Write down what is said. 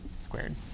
squared